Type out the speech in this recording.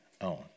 own